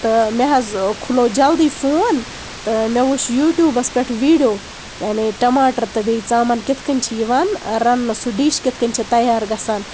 تہٕ مےٚ حظ کھلوو جلدی فون تہٕ مےٚ وٕچھ یوٗٹوٗبَس پٮ۪ٹھ ویٖڈیو یعنی ٹَماٹر تہٕ بیٚیہِ ژامَن کِتھ کَنۍ چھِ یِوان رَننہٕ سُہ ڈِش کِتھ کَنۍ چھُ تَیار گژھان